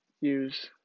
use